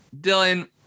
Dylan